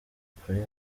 polly